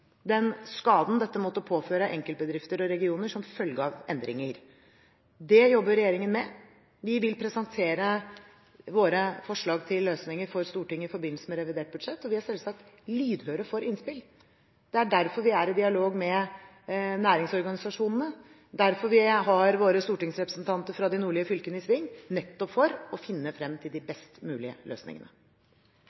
den skaden dette måtte påføre enkeltbedrifter og regioner som følge av endringer. Det jobber regjeringen med. Vi vil presentere våre forslag til løsninger for Stortinget i forbindelse med revidert budsjett, og vi er selvsagt lydhøre for innspill. Det er derfor vi er i dialog med næringsorganisasjonene og derfor vi har våre stortingsrepresentanter fra de nordlige fylkene i sving – nettopp for å finne frem til de